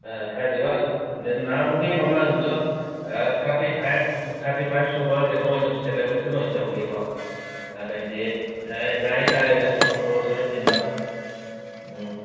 ꯈꯔꯗꯤ ꯅꯍꯥꯟꯃꯨꯛꯀꯤ ꯃꯃꯥꯡꯒꯤꯗꯣ ꯊꯥꯔꯇꯤ ꯐꯥꯏꯚ ꯊꯥꯔꯇꯤ ꯐꯥꯏꯚ ꯁꯨꯕ ꯀꯩꯅꯣ ꯑꯣꯏꯅ ꯁꯦꯂꯦꯕ꯭ꯔꯦꯁꯟ ꯑꯣꯏ ꯇꯧꯒꯤꯀꯣ ꯑꯗꯨꯏꯗꯤ ꯉꯥꯏꯇꯥꯔꯦꯅꯦ ꯁꯦ ꯑꯣꯛꯇꯣꯚꯔ ꯁꯕꯦꯟꯇꯤꯟꯗꯣ ꯎꯝ